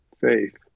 faith